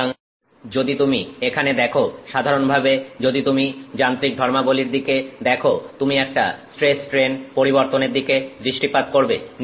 সুতরাং যদি তুমি এখানে দেখো সাধারণভাবে যদি তুমি যান্ত্রিক ধর্মাবলীর দিকে দেখো তুমি একটা স্ট্রেস স্ট্রেন পরিবর্তনের দিকে দৃষ্টিপাত করবে